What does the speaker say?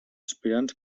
aspirants